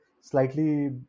slightly